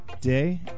day